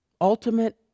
ultimate